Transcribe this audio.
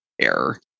error